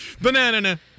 Banana